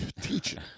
teaching